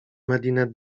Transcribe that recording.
medinet